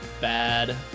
bad